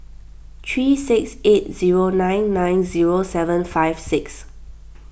three six eight zero nine nine zero seven five six